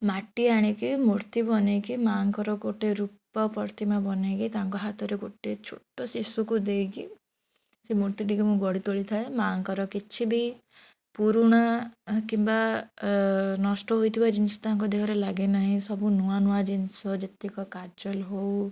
ମାଟି ଆଣିକି ମୂର୍ତ୍ତି ବନେଇକି ମା'ଙ୍କର ଗୋଟେ ରୂପା ପ୍ରତିମା ବନେଇକି ତାଙ୍କ ହାତରେ ଗୋଟେ ଛୋଟ ଶିଶୁକୁ ଦେଇକି ସେ ମୂର୍ତ୍ତିଟିକୁ ମୁଁ ଗଢ଼ି ତୋଳିଥାଏ ମା'ଙ୍କର କିଛି ବି ପୁରୁଣା କିମ୍ବା ନଷ୍ଟ ହୋଇଥିବା ଜିନିଷ ତାଙ୍କ ଦେହରେ ଲାଗେ ନାହିଁ ସବୁ ନୂଆ ନୂଆ ଜିନିଷ ଯେତିକ କାଜଲ ହଉ